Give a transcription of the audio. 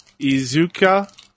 Izuka